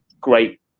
great